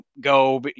go